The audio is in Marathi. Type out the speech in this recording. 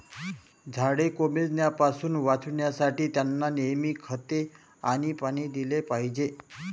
झाडे कोमेजण्यापासून वाचवण्यासाठी, त्यांना नेहमी खते आणि पाणी दिले पाहिजे